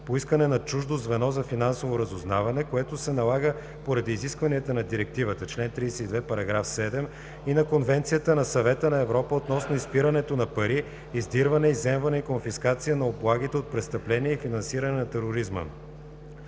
по искане на чуждо звено за финансово разузнаване, което се налага поради изискванията на Директивата – чл. 32, параграф 7, и на Конвенцията на Съвета на Европа относно изпиране на пари, издирване, изземване и конфискация на облагите от престъпления и финансиране на тероризма.